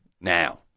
Now